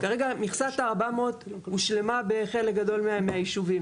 כרגע מכסת ה-400 הושלמה בחלק גדול מהישובים.